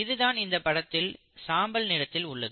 இதுதான் இந்தப் படத்தில் சாம்பல் நிறத்தில் உள்ளது